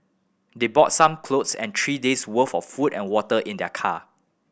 they brought some clothes and three days worth of food and water in their car